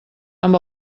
amb